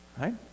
right